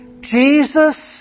Jesus